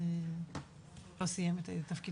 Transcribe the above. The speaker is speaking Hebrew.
אבל הצוות לא סיים את תפקידו.